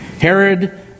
Herod